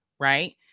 Right